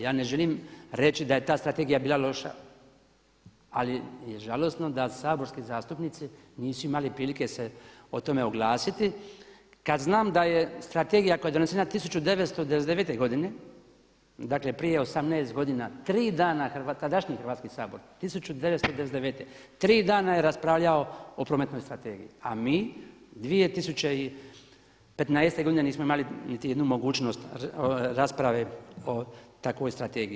Ja ne želim reći da je ta strategija bila loša ali je žalosno da saborski zastupnici nisu imali prilike se o tome oglasiti kada znam da je strategija koje je donesena 1999. godine dakle prije 18 godina tri dana, tadašnji Hrvatski sabor 1999. tri dana je raspravljao o prometnoj strategiji a mi 2015. godine nismo imali niti jednu mogućnost rasprave o takvoj strategiji.